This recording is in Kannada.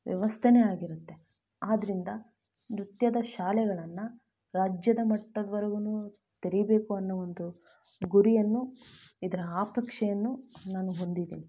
ವ್ಯವಸ್ಥೇನೆ ಆಗಿರುತ್ತೆ ಆದ್ದರಿಂದ ನೃತ್ಯದ ಶಾಲೆಗಳನ್ನು ರಾಜ್ಯದ ಮಟ್ಟದ್ವರ್ಗು ತೆರೀಬೇಕು ಅನ್ನೋ ಒಂದು ಗುರಿಯನ್ನು ಇದರ ಅಪೇಕ್ಷೆಯನ್ನು ನಾನು ಹೊಂದಿದ್ದೀನಿ